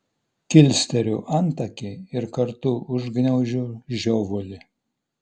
kilsteliu antakį ir kartu užgniaužiu žiovulį